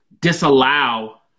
disallow